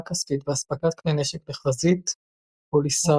כספית ואספקת כלי נשק לחזית פוליסריו,